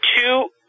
two